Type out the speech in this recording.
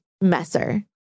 Messer